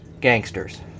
gangsters